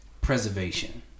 preservation